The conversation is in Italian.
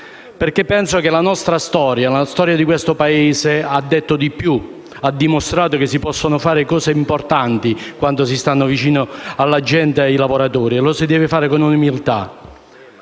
e al nostro Paese. Ritengo che la storia di questo Paese ha detto di più: ha dimostrato che si possono fare cose importanti quando si sta vicino alla gente e ai lavoratori, e lo si deve fare con umiltà.